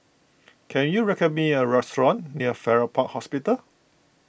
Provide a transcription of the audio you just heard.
can you recommend me a restaurant near Farrer Park Hospital